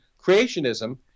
creationism